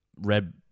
red